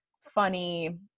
funny